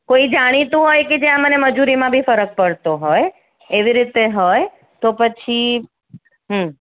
કોઈ જાણીતું હોય કે જ્યાં મને મજૂરીમાં બી ફરક પડતો હોય એવી રીતે હાં હોય તો પછી હમ